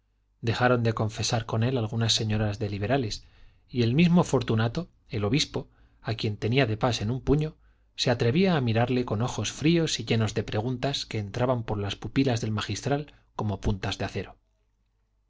dejaron de confesar con él algunas señoras de liberales y el mismo fortunato el obispo a quien tenía de pas en un puño se atrevía a mirarle con ojos fríos y llenos de preguntas que entraban por las pupilas del magistral como puntas de acero